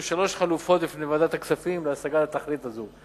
שלוש חלופות בפני ועדת הכספים להשגת התכלית הזו,